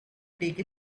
take